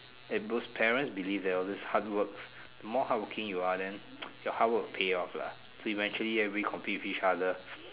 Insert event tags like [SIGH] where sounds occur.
and those parents believe that all this hardworks the more hardworking you are then [NOISE] your hardwork will pay off lah eventually everybody compete with each other